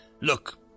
Look